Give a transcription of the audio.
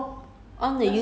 what should we do